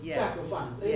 sacrifice